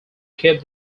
keep